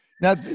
Now